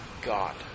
God